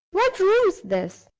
what room's this?